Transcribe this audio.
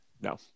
No